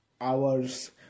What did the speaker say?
hours